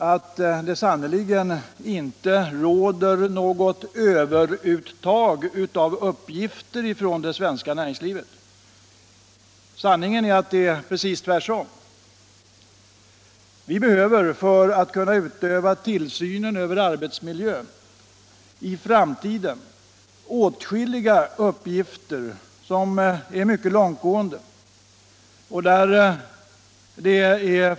Det råder sannerligen inte något överuttag av uppgifter från det svenska näringslivet. Det är i verkligheten precis tvärtom. För att kunna utöva tillsynen över arbetsmiljön behöver vi i framtiden mycket långtgående uppgifter.